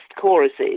choruses